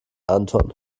anton